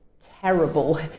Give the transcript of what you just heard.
terrible